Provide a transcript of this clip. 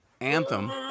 anthem